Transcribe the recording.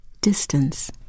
distance